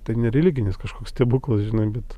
tai nereliginis kažkoks stebuklas žinai bet